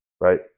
right